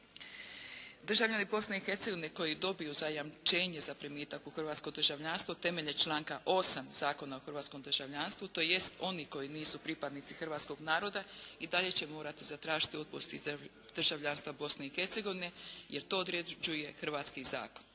Državljani Bosne i Hercegovine koji dobiju zajamčenje za primitak u hrvatsko državljanstvo temeljem članka 8. Zakona o hrvatskom državljanstvu, tj. oni koji nisu pripadnici hrvatskoga naroda i dalje će morati zatražiti otpust iz državljanstva Bosne i Hercegovine jer to određuje hrvatski zakon.